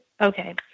Okay